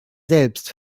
selbst